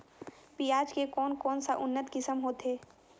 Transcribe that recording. पियाज के कोन कोन सा उन्नत किसम होथे?